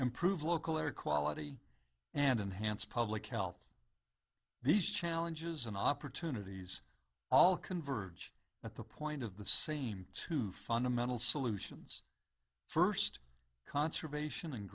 improve local air quality and enhanced public health these challenges and opportunities all converge at the point of the same two fundamental solutions first conservation and